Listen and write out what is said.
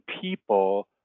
people